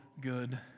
good